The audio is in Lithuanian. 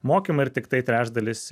mokymą ir tiktai trečdalis